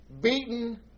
beaten